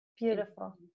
beautiful